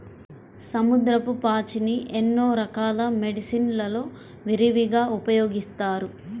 సముద్రపు పాచిని ఎన్నో రకాల మెడిసిన్ లలో విరివిగా ఉపయోగిస్తారు